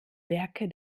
werke